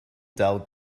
dull